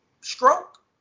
stroke